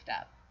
up